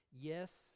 Yes